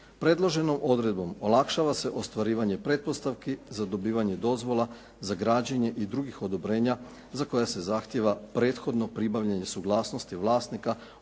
Predloženom odredbom olakšava se ostvarivanje pretpostavki za dobivanje dozvola za građenje i drugih odobrenja za koja se zahtijeva prethodno pribavljanje suglasnosti vlasnika odnosno